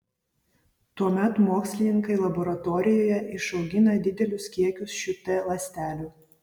tuomet mokslininkai laboratorijoje išaugina didelius kiekius šių t ląstelių